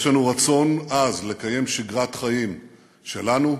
יש לנו רצון עז לקיים שגרת חיים שלנו,